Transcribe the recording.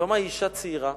יבמה היא אשה צעירה